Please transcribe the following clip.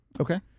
Okay